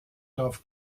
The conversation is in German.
dorf